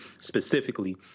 specifically